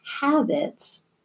habits